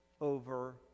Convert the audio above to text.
over